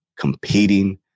competing